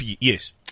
yes